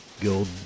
gold